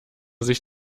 sich